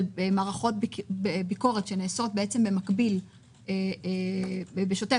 של מערכות ביקורת שנעשות במקביל ובשוטף,